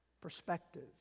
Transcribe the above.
perspective